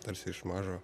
tarsi iš mažo